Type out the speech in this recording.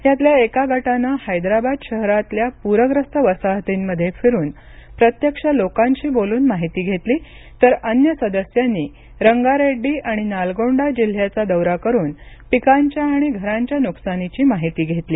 यातल्या एका गटानं हैदराबाद शहरातल्या पूरग्रस्त वसाहतींमध्ये फिरून प्रत्यक्ष लोकांशी बोलून माहिती घेतली तर अन्य सदस्यांनी रंगा रेड्डी आणि नालगोंडा जिल्ह्याचा दौरा करून पिकांच्या आणि घरांच्या नुकसानीची माहिती घेतली